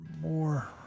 more